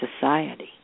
society